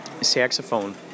saxophone